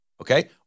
okay